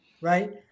right